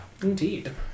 Indeed